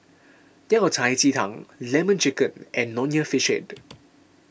Yao Cai Ji Tang Lemon Chicken and Nonya Fish Head